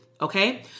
okay